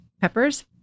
peppers